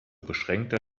beschränkter